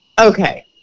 Okay